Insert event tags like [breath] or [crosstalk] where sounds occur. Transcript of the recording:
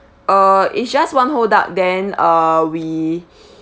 uh it's just one whole duck then uh we [breath]